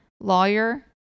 Lawyer